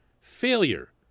failure